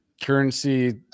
currency